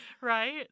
Right